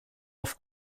auf